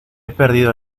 perdido